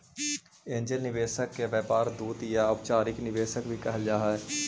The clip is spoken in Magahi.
एंजेल निवेशक के व्यापार दूत या अनौपचारिक निवेशक भी कहल जा हई